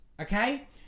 okay